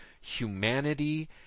humanity